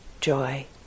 joy